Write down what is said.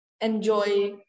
enjoy